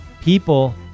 people